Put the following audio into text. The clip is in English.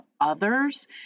others